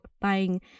buying